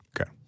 Okay